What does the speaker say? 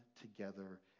together